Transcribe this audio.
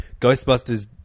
Ghostbusters